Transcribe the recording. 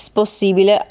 possibile